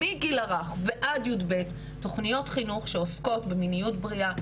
מהגיל הרך ועד י"ב תוכניות חינוך שעוסקות במיניות בריאה,